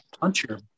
puncher